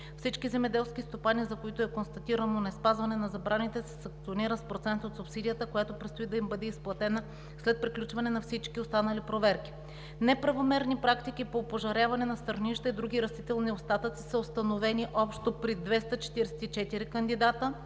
Всички земеделски стопани, за които е констатирано неспазване на забраните, са санкционирани с процент от субсидията, която предстои да им бъде изплатена след приключване на всички останали проверки. Неправомерни практики по опожаряване на стърнища и други растителни остатъци са установени общо при 244 кандидати,